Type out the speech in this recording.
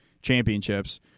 championships